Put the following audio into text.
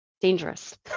dangerous